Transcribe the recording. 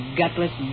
gutless